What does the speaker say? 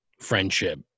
friendship